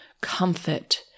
comfort